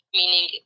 meaning